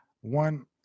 one